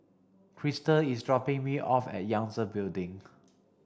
Kristal is dropping me off at Yangtze Building